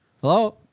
Hello